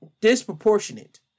Disproportionate